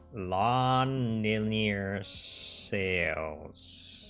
law on new year's sales